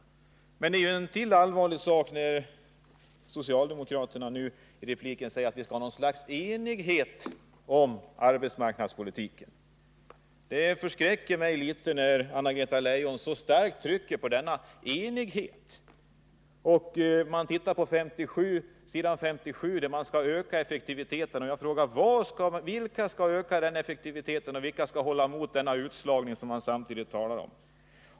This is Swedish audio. En annan allvarlig sak är att socialdemokraterna nu i repliken säger att vi skall ha något slags enighet om arbetsmarknadspolitiken. Det förskräcker mig litet grand när Anna-Greta Leijon så starkt trycker på denna enighet. Om man tittar på s. 57 ser man att socialdemokraterna vill öka effektiviteten. Jag frågar: Vilka skall öka den effektiviteten och vilka skall hålla emot den utslagning som man samtidigt talar om?